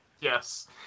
Yes